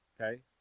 Okay